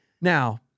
Now